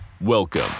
Welcome